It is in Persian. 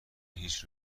هیچ